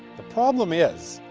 the problem is,